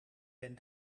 ben